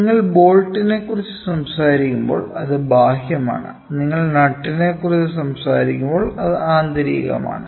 നിങ്ങൾ ബോൾട്ടിനെക്കുറിച്ച് സംസാരിക്കുമ്പോൾ അത് ബാഹ്യമാണ് നിങ്ങൾ നട്ടിനെക്കുറിച്ച് സംസാരിക്കുമ്പോൾ അത് ആന്തരികമാണ്